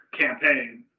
campaign